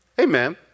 Amen